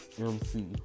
MC